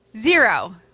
Zero